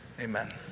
Amen